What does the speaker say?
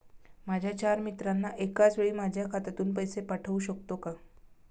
माझ्या चार मित्रांना एकाचवेळी माझ्या खात्यातून पैसे पाठवू शकतो का?